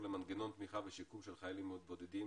למנגנון תמיכה ושיקום של חיילים בודדים